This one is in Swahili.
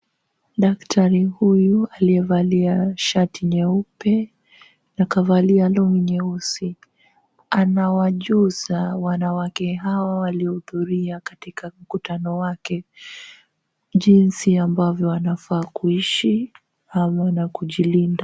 Daktari huyu aliyevalia shati nyeupe akavalia longi nyeusi anawajuza wanawake hawa waliohudhuria katika mkutano wake jinsi ambavyo wanafaa kuishi hamu na kujilinda.